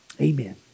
Amen